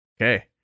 Okay